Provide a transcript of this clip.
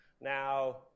Now